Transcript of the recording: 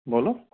बोलो